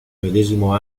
medesimo